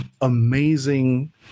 amazing